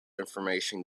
information